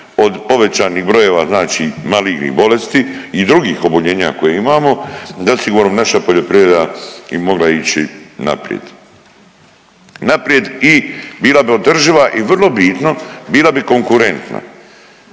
od povećanih brojeva znači malignih bolesti i drugih oboljenja koja imamo, zasigurno naša poljoprivreda bi mogla ići naprijed, naprijed i bila bi održiva i vrlo bitno bila bi konkurentna.